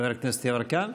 חבר הכנסת יברקן,